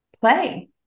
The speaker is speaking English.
play